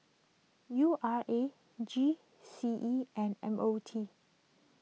U R A G C E and M O T